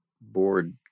board